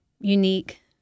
unique